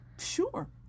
Sure